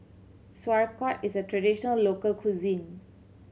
sauerkraut is a traditional local cuisine